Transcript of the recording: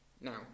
Now